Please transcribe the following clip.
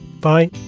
Bye